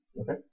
Okay